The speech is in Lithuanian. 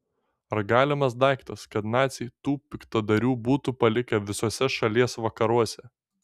ar galimas daiktas kad naciai tų piktadarių būtų palikę visuose šalies vakaruose